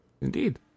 Indeed